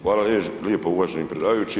Hvala lijepo uvaženi predsjedavajući.